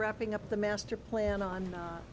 wrapping up the master plan on